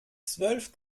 zwölf